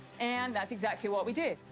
and that's exactly what we did.